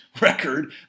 record